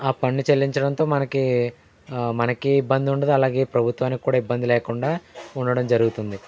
ఆ పన్ను చెల్లించడంతో మనకి మనకి ఇబ్బంది ఉండదు అలాగే ప్రభుత్వానికి కూడా ఇబ్బంది లేకుండా ఉండడం జరుగుతుంది